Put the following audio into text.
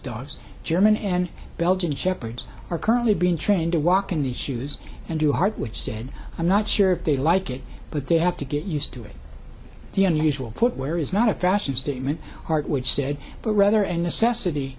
dogs german and belgian shepherds are currently being trained to walk in the shoes and your heart which said i'm not sure if they like it but they have to get used to it the unusual footwear is not a fashion statement art which said but rather and assess it